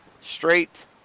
straight